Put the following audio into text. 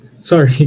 sorry